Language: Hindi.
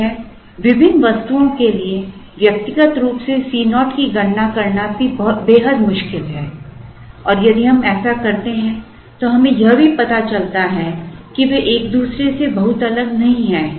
एक है विभिन्न वस्तुओं के लिए व्यक्तिगत रूप से Co की गणना करना भी बेहद मुश्किल है और यदि हम ऐसा करते हैं तो हमें यह भी पता चलता है कि वे एक दूसरे से बहुत अलग नहीं हैं